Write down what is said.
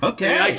Okay